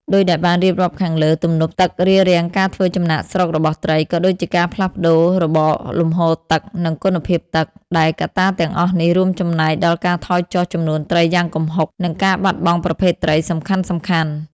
ដូចដែលបានរៀបរាប់ខាងលើ ទំនប់ទឹករារាំងការធ្វើចំណាកស្រុករបស់ត្រី ក៏ដូចជាការផ្លាស់ប្តូររបបលំហូរទឹក និងគុណភាពទឹក ដែលកត្តាទាំងអស់នេះរួមចំណែកដល់ការថយចុះចំនួនត្រីយ៉ាងគំហុក និងការបាត់បង់ប្រភេទត្រីសំខាន់ៗ។